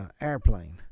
Airplane